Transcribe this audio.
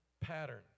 Pattern